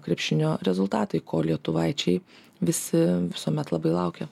krepšinio rezultatai ko lietuvaičiai visi visuomet labai laukia